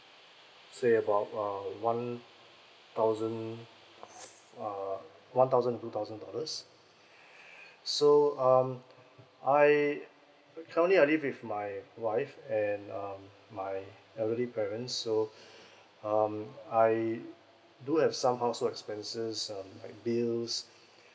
say about uh one thousand f~ uh one thousand two thousand dollars so um I currently I live with my wife and um my elderly parents so um I do have somehow so expenses um like bills